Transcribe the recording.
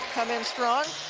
come in strong